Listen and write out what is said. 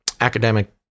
academic